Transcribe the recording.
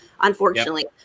unfortunately